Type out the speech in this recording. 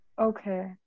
Okay